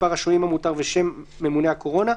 מספר השוהים המותר ושם ממונה הקורונה,